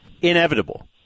inevitable